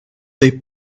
they